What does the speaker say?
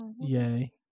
yay